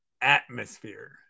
atmosphere